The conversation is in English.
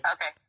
Okay